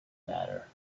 matter